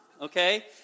okay